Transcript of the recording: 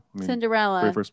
Cinderella